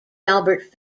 albert